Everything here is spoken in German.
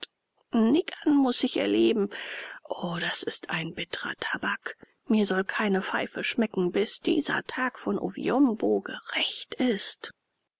niggern muß ich erleben o das ist ein bittrer tabak mir soll keine pfeife schmecken bis dieser tag von oviumbo gerächt ist